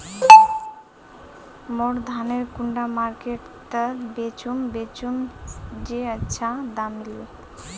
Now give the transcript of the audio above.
मोर धानेर कुंडा मार्केट त बेचुम बेचुम जे अच्छा दाम मिले?